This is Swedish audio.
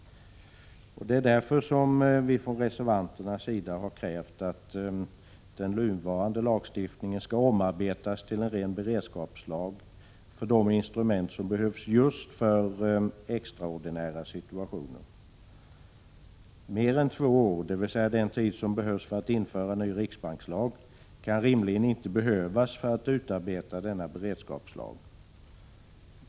Det är därför vi reservanter har krävt att den nuvarande lagstiftningen skall omarbetas till en ren beredskapslag för de instrument som behövs just för extraordinära situationer. Mer än två år, dvs. den tid som fordras för att införa en riksbankslag, kan rimligen inte behövas för att utarbeta denna beredskapslag.